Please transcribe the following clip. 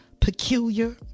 peculiar